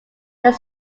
there